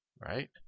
right